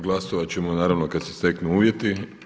Glasovat ćemo naravno kad se steknu uvjeti.